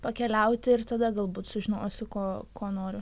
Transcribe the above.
pakeliauti ir tada galbūt sužinosiu ko ko noriu